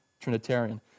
Trinitarian